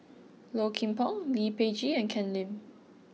Low Kim Pong Lee Peh Gee and Ken Lim